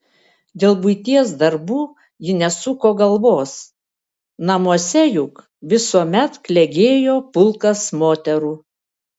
dėl buities darbų ji nesuko galvos namuose juk visuomet klegėjo pulkas moterų